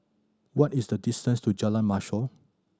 what is the distance to Jalan Mashor